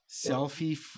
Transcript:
Selfie